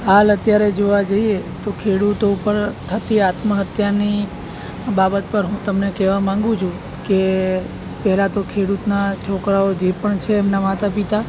હાલ અત્યારે જોવા જઈએ તો ખેડૂતો ઉપર થતી આત્મહત્યાની બાબત પર હું તમને કહેવા માગું છું કે પહેલાં તો ખેડૂતના છોકરાઓ જે પણ છે એમનાં માતા પિતા